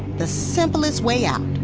the simplest way out.